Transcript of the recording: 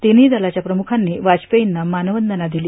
तिन्ही दलाच्या प्रमुखांनी वाजपेर्यींना मानवंदना दिली